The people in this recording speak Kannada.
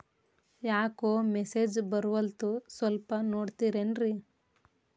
ಯಾಕೊ ಮೆಸೇಜ್ ಬರ್ವಲ್ತು ಸ್ವಲ್ಪ ನೋಡ್ತಿರೇನ್ರಿ?